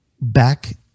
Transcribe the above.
back